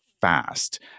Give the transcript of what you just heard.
fast